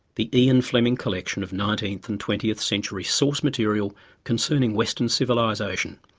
the ian fleming collection of nineteenth and twentieth century source material concerning western civilisation.